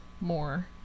more